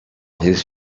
his